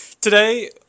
Today